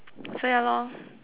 so ya lor